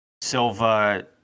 Silva